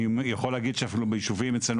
אני יכול להגיד שאפילו בישובים אצלנו